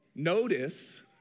Notice